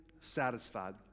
satisfied